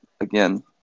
again